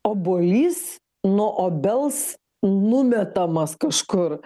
obuolys nuo obels numetamas kažkur